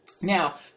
Now